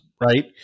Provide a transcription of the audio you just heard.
Right